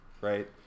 right